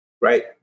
Right